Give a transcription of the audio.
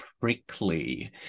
prickly